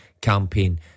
campaign